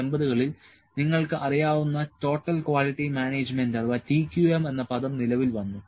1980 കളിൽ നിങ്ങൾക്ക് അറിയാവുന്ന ടോട്ടൽ ക്വാളിറ്റി മാനേജ്മെന്റ് എന്ന പദം നിലവിൽ വന്നു